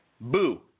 boo